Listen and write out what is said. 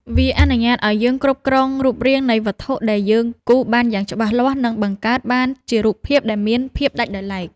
វាអនុញ្ញាតឱ្យយើងអាចគ្រប់គ្រងរូបរាងនៃវត្ថុដែលយើងគូរបានយ៉ាងច្បាស់លាស់ និង បង្កើតបានជារូបភាពដែលមានភាពដាច់ដោយឡែក។